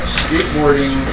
skateboarding